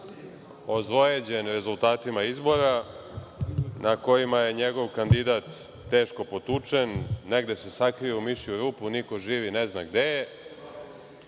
ozlojeđen rezultatima izbora na kojima je njegov kandidat teško potučen. Negde se sakrio u mišiju rupu. Niko živi ne zna gde je.